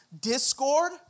discord